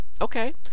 Okay